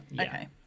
Okay